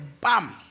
bam